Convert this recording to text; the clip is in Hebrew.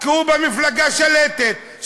כי הוא במפלגה השלטת,